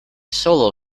solo